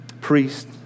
Priest